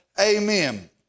Amen